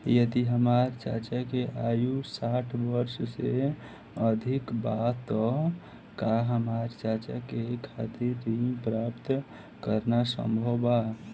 यदि हमार चाचा के आयु साठ वर्ष से अधिक बा त का हमार चाचा के खातिर ऋण प्राप्त करना संभव बा?